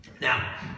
Now